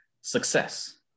success